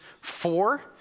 four